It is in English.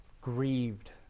grieved